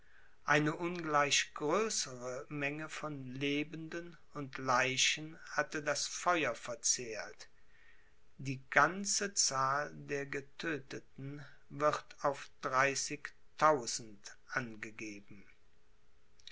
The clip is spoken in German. eine ungleich größere menge von lebenden und leichen hatte das feuer verzehrt die ganze zahl der getödteten wird auf dreißigtausend angegeben